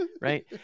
right